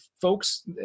folks